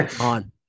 on